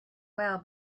well